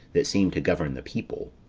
that seemed to govern the people.